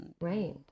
Right